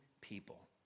people